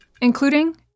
including